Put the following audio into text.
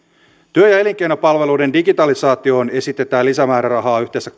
työ ja elinkeinopalveluiden digitalisaatioon esitetään lisämäärärahaa yhteensä